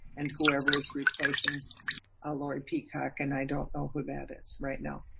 and whoever's replacing lori peacock, and i don't open that it's right now.